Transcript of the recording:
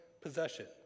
possession